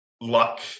luck